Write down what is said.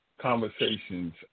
conversations